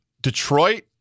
Detroit